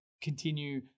continue